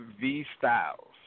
V-Styles